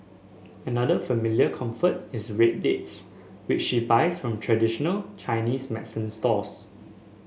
another familiar comfort is red dates which she buys from traditional Chinese medicine stores